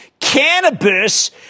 cannabis